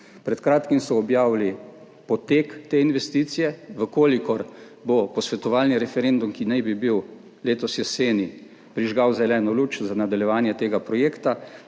Pred kratkim so objavili potek te investicije, če bo posvetovalni referendum, ki naj bi bil letos jeseni, prižgal zeleno luč za nadaljevanje tega projekta,